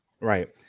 Right